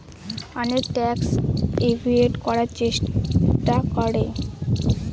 অনেকে tax avoid করার চেষ্টা করে